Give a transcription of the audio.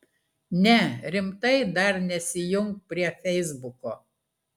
ne rimtai dar nesijunk prie feisbuko